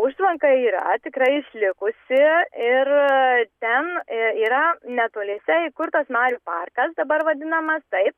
užtvanka yra tikrai išlikusi ir ten i yra netoliese įkurtas marių parkas dabar vadinamas taip